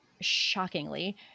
shockingly